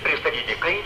pristatyti kairę